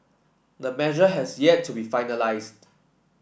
the measure has yet to be finalised